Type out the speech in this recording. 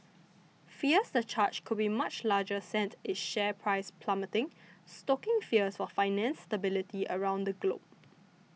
fears the charge could be much larger sent its share price plummeting stoking fears for finance stability around the globe